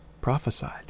prophesied